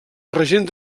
regent